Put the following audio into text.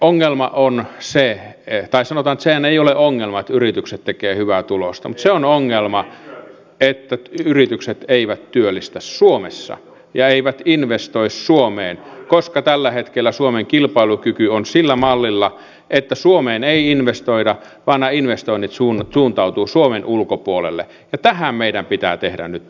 ongelma on se tai sanotaan että sehän ei ole ongelma että yritykset tekevät hyvää tulosta mutta se on ongelma että yritykset eivät työllistä suomessa ja eivät investoi suomeen koska tällä hetkellä suomen kilpailukyky on sillä mallilla että suomeen ei investoida vaan nämä investoinnit suuntautuvat suomen ulkopuolelle ja tähän meidän pitää tehdä nyt yhdessä toimia